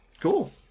Cool